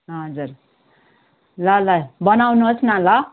हजुर ल ल बनाउनुहोस् न ल